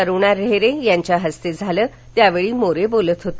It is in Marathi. अरुणा ढेरे यांच्या हस्ते झाले त्यावेळी मोरे बोलत होते